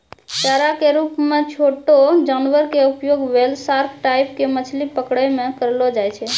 चारा के रूप मॅ छोटो जानवर के उपयोग व्हेल, सार्क टाइप के मछली पकड़ै मॅ करलो जाय छै